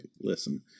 listen